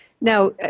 Now